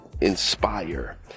inspire